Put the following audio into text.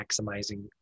maximizing